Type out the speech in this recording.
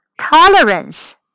tolerance